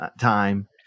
time